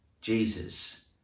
Jesus